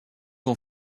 ont